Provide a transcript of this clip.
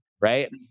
right